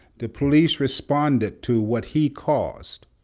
the police responded to what he caused.